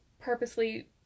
purposely